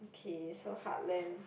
okay so heartland